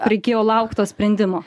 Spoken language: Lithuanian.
reikėjo laukt to sprendimo